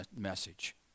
message